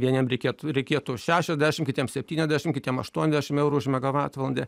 vieniem reikėtų reikėtų šešiasdešim kitiem septyniasdešim kitiem aštuoniasdešim eurų už megavatvalandę